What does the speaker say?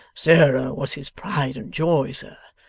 sarah was his pride and joy, sir.